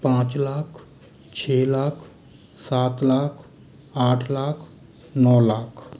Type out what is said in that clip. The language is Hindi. पाँच लाख छः लाख सात लाख आठ लाख नौ लाख